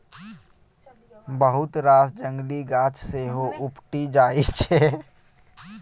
बहुत रास जंगली गाछ सेहो उपटि जाइ छै बदलि बदलि केँ फसल उपजेला सँ